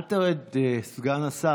אל תרד, סגן השר.